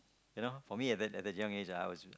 you know for me at that young age I was